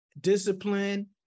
discipline